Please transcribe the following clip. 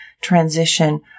transition